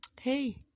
Hey